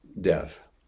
death